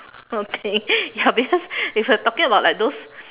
okay ya because it's uh talking about like those